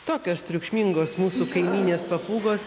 tokios triukšmingos mūsų kaimynės papūgos